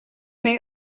may